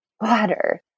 water